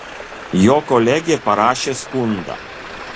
jo kolegė parašė skundą